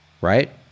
right